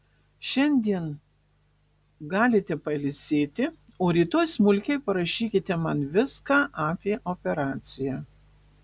šiandien galite pailsėti o rytoj smulkiai parašykite man viską apie operaciją